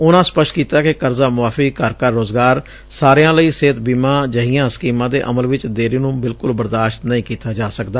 ਉਨਾਂ ਸਪੰਸਟ ਕੀਤਾ ਕਿ ਕਰਜ਼ਾ ਮੁਆਫ਼ੀ ਘਰ ਘਰ ਰੋਜ਼ਗਾਰ ਸਾਰਿਆਂ ਲਈ ਸਿਹਤ ਬੀਮਾ ਜਹੀਆਂ ਸਕੀਮਾਂ ਦੇ ਅਮਲ ਵਿਚ ਦੇਰੀ ਨੂੰ ਬਿਲਕੁਲ ਬਰਦਾਸ਼ਤ ਨਹੀਂ ਕੀਤਾ ਜਾ ਸਕਦਾ